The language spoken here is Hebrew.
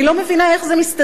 אני לא מבינה, איך זה מסתדר?